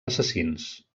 assassins